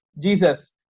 Jesus